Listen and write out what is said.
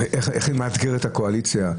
איך היא מאתגרת את הקואליציה.